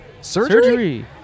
Surgery